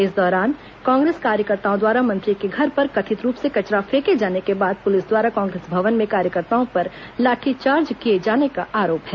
इस दौरान कांग्रेस कार्यकर्ताओं द्वारा मंत्री के घर पर कथित रूप से कचरा फेंके जाने के बाद पुलिस द्वारा कांग्रेस भवन में कार्यकर्ताओं पर लाठीचार्ज किए जाने का आरोप है